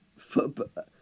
football